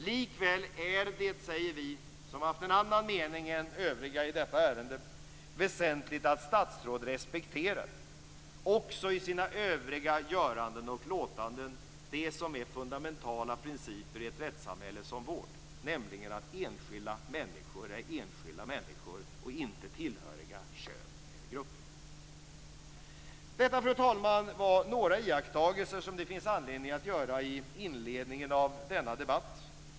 Likväl är det, säger vi som har haft en annan mening än övriga i detta ärende, väsentligt att statsråd också i sina övriga göranden och låtanden respekterar den fundamentala principen i ett rättssamhälle som vårt att enskilda människor är enskilda människor och inte tillhöriga kön eller grupp. Fru talman! Detta var några iakttagelser som det finns anledning att göra i inledningen av denna debatt.